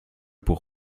pour